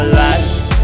lights